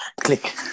click